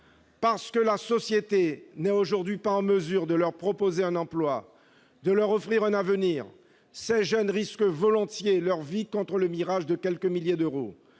Parce que la société n'est aujourd'hui pas en mesure de leur proposer un emploi, de leur offrir un avenir, ces jeunes risquent volontiers leur vie contre le mirage de quelques milliers d'euros.